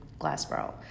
Glassboro